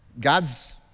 God's